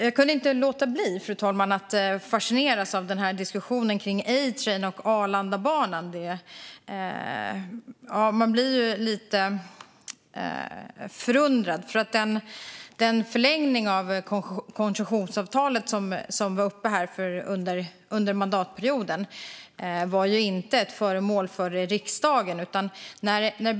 Jag kunde inte låta bli, fru talman, att fascineras av diskussionen om A-Train och Arlandabanan. Man blir lite förundrad. Den förlängning av koncessionsavtalet som kom upp under mandatperioden var inte föremål för beslut i riksdagen.